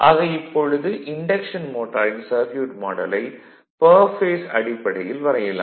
ஆக இப்பொழுது இன்டக்ஷன் மோட்டாரின் சர்க்யூட் மாடலை பெர் பேஸ் அடிப்படையில் வரையலாம்